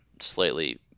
slightly